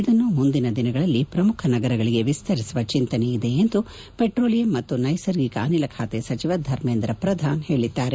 ಇದನ್ನು ಮುಂದಿನ ದಿನಗಳಲ್ಲಿ ಪ್ರಮುಖ ನಗರಗಳಿಗೆ ವಿಸ್ತರಿಸುವ ಚಿಂತನೆ ಇದೆ ಎಂದು ಪೆಟ್ರೋಲಿಯಂ ಮತ್ತು ನೈಸರ್ಗಿಕ ಅನಿಲ ಖಾತೆ ಸಚಿವ ಧರ್ಮೇಂದ್ರ ಪ್ರಧಾನ್ ತಿಳಿಸಿದ್ದಾರೆ